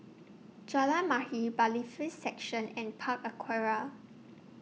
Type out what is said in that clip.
Jalan Mahir Bailiffs' Section and Park Aquaria